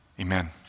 Amen